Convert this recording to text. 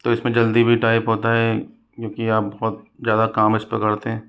तो इसमें जल्दी भी टाइप होता है जो कि आप बहुत ज़्यादा काम इसपे करते हैं